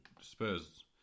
Spurs